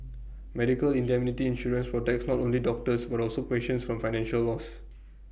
medical indemnity insurance protects not only doctors but also patients from financial loss